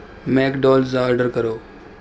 make dolls order کرو